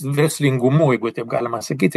verslingumu jeigu taip galima sakyti